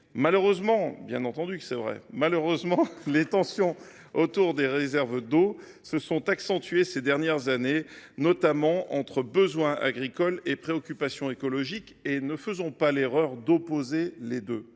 Hélas ! les tensions autour des réserves d’eau se sont accentuées ces dernières années, entre besoins agricoles et préoccupations écologiques notamment – ne faisons pas l’erreur d’opposer les deux